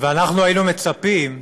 אנחנו היינו מצפים,